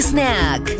Snack